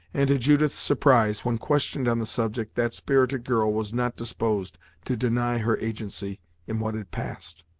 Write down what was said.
and to judith's surprise, when questioned on the subject, that spirited girl was not disposed to deny her agency in what had passed.